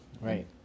Right